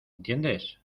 entiendes